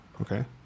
Okay